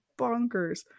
bonkers